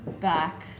back